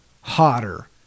hotter